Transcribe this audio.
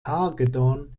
hagedorn